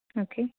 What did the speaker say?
okay